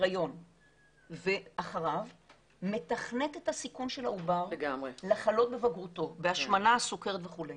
הריון ואחריו מתכנת את הסיכון של העובר לחלות בבגרותו-- לגמרי.